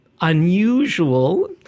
unusual